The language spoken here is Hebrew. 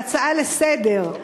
בהצעה לסדר-היום,